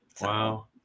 Wow